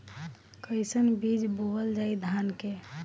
कईसन बीज बोअल जाई धान के?